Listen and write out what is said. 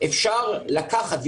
שאפשר לקחת,